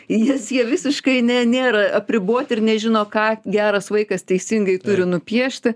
jis jie visiškai ne nėra apriboti ir nežino ką geras vaikas teisingai turi nupiešti